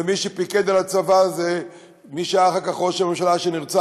ומי שפיקד על הצבא זה מי שהיה אחר כך ראש הממשלה שנרצח,